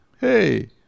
hey